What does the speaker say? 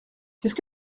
qu’est